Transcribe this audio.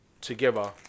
together